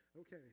Okay